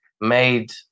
made